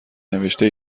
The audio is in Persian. نوشته